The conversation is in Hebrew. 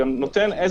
על זה